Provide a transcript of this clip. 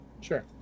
Sure